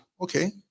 Okay